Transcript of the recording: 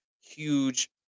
huge